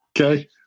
Okay